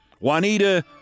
Juanita